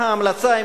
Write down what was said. מה ההמלצה,